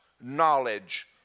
knowledge